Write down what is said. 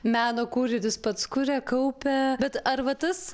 meno kūrinius pats kuria kaupia bet ar va tas